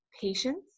patience